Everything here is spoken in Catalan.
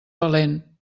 valent